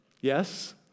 Yes